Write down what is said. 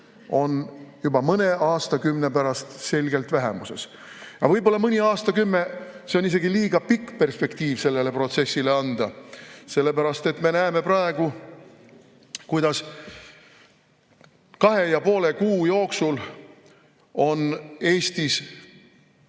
on juba mõne aastakümne pärast selgelt vähemuses. Aga võib-olla mõni aastakümme on isegi liiga pikk perspektiiv sellele protsessile anda, sellepärast et me näeme praegu, kuidas kahe ja poole kuu jooksul on Eestis